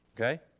okay